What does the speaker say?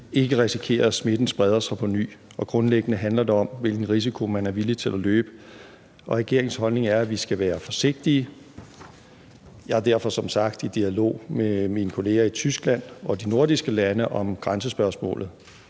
ikke risikere, at smitten spreder sig på ny, og grundlæggende handler det om, hvilken risiko man er villig til at løbe. Regeringens holdning er, at vi skal være forsigtige, og jeg er derfor som sagt i dialog med mine kolleger i Tyskland og de nordiske lande om grænsespørgsmålet.